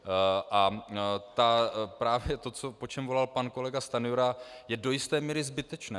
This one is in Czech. A právě to, po čem volal pan kolega Stanjura, je do jisté míry zbytečné.